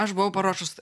aš buvau paruošus